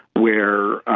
where